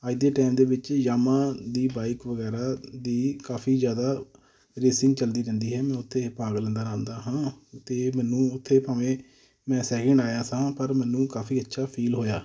ਅੱਜ ਦੇ ਟਾਈਮ ਦੇ ਵਿੱਚ ਯਾਮਾ ਦੀ ਬਾਈਕ ਵਗੈਰਾ ਦੀ ਕਾਫੀ ਜ਼ਿਆਦਾ ਰੇਸਿੰਗ ਚਲਦੀ ਰਹਿੰਦੀ ਹੈ ਮੈਂ ਉਹ 'ਤੇ ਭਾਗ ਲੈਂਦਾ ਰਹਿੰਦਾ ਹਾਂ ਅਤੇ ਮੈਨੂੰ ਉਹ 'ਤੇ ਭਾਵੇਂ ਮੈਂ ਸੈਕਿੰਡ ਆਇਆ ਸਾਂ ਪਰ ਮੈਨੂੰ ਕਾਫੀ ਅੱਛਾ ਫੀਲ ਹੋਇਆ